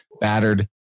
battered